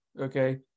okay